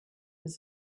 does